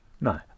No